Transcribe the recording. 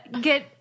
get